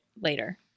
later